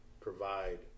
provide